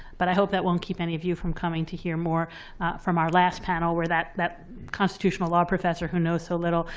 but i hope that won't keep any of you from coming to hear more from our last panel where that that constitutional law professor who knows so little,